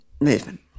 movement